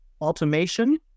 automation